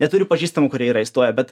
neturi pažįstamų kurie yra įstoję bet